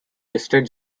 listed